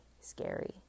scary